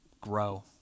grow